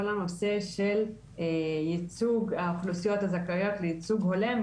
הנושא של ייצוג האוכלוסיות הזכאיות לייצוג הולם,